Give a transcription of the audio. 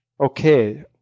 okay